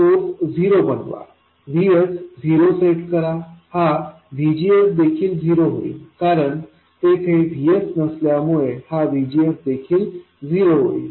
तुम्ही source zero बनवा VS zero set करा हा VGS देखील झिरो होईल कारण तेथे VSनसल्यामुळे हाVGS देखील झिरो होईल